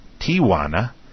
Tijuana